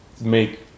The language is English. make